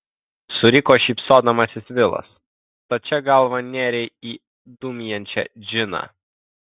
suriko šypsodamasis vilas stačia galva nėrei į dūmijančią džiną